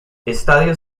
estadio